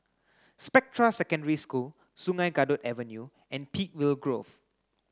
Spectra Secondary School Sungei Kadut Avenue and Peakville Grove